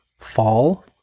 fall